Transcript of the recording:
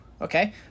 Okay